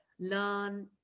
learn